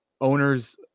owners –